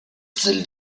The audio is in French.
celle